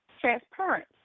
transparent